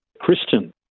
Christian